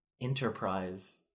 enterprise